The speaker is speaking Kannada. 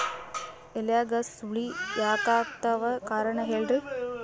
ಎಲ್ಯಾಗ ಸುಳಿ ಯಾಕಾತ್ತಾವ ಕಾರಣ ಹೇಳ್ರಿ?